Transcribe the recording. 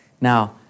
Now